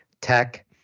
tech